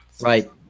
Right